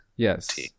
Yes